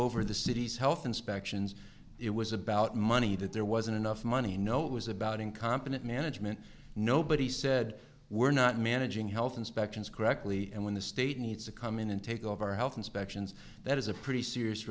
over the city's health inspections it was about money that there wasn't enough money no it was about incompetent management nobody said we're not managing health inspections correctly and when the state needs to come in and take over our health inspections that is a pretty serious